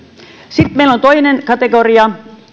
sitten meillä on toinen kategoria